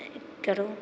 करू